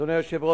אדוני השר,